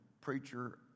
preacher